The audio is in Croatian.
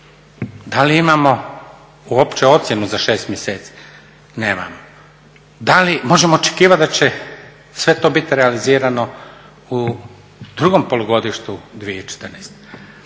Da li imamo uopće ocjenu za 6 mjeseci? Nemamo. Da li možemo očekivati da će sve to bit realizirano u drugom polugodištu 2014.?